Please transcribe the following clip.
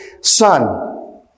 son